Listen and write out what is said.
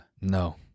No